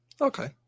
okay